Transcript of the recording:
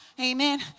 Amen